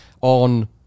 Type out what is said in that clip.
on